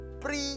pre-